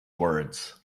words